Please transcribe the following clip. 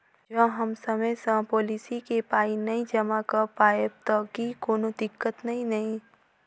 जँ हम समय सअ पोलिसी केँ पाई नै जमा कऽ पायब तऽ की कोनो दिक्कत नै नै?